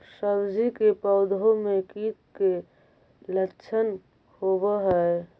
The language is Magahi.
सब्जी के पौधो मे कीट के लच्छन होबहय?